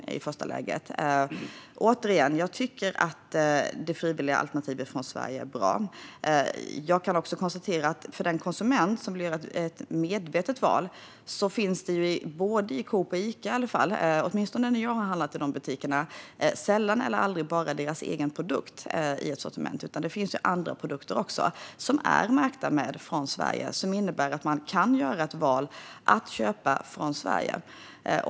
Jag tycker, återigen, att det frivilliga alternativet som Sverige har är bra. För den konsument som vill göra ett medvetet val finns det i sortimentet hos åtminstone både Coop och Ica - i varje fall när jag har handlat i dessa butiker - sällan eller aldrig bara deras egna produkter. Det finns även andra produkter som är märkta "Från Sverige". Detta innebär att man kan göra ett val att köpa från Sverige.